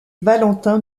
valentin